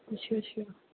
ਅੱਛਾ ਅੱਛਾ